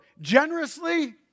generously